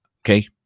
okay